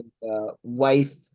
wife